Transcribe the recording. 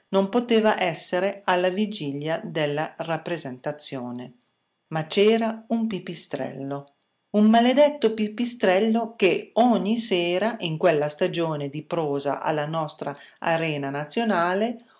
non poteva essere alla vigilia della rappresentazione ma c'era un pipistrello un maledetto pipistrello che ogni sera in quella stagione di prosa alla nostra arena nazionale